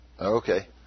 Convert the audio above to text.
Okay